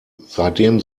seitdem